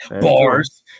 Bars